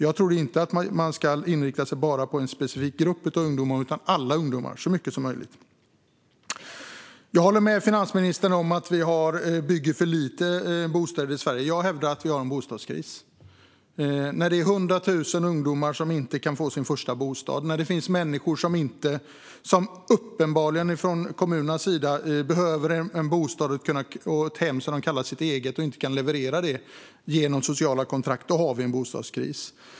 Jag tycker inte att man ska inrikta sig på endast en specifik grupp av ungdomar, utan det ska så mycket som möjligt vara fråga om alla ungdomar. Jag håller med finansministern om att det byggs för få bostäder i Sverige. Jag hävdar att det råder en bostadskris när 100 000 ungdomar inte kan få sin första bostad, när det finns människor som behöver en bostad som de kan kalla sin egen men där kommunerna inte kan leverera med hjälp av sociala kontrakt. Då råder en bostadskris.